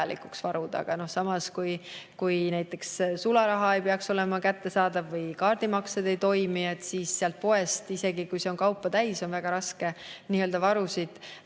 vajalikuks varuda. Aga samas, kui näiteks sularaha ei ole kättesaadav või kaardimaksed ei toimi, siis sealt poest, isegi kui see on kaupa täis, on väga raske varusid